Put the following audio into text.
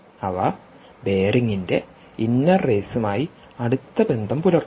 അവ ബെയറിംഗിന്റെ ഇന്നർ റേസുമായി അടുത്ത ബന്ധം പുലർത്തുന്നു